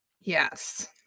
Yes